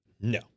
no